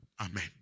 Amen